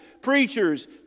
preachers